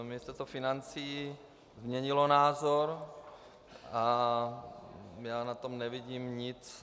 Ministerstvo financí změnilo názor a já na tom nevidím nic.